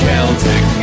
Celtic